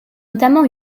notamment